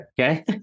Okay